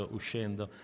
uscendo